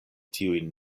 tiujn